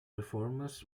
reformers